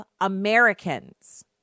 Americans